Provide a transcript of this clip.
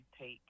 take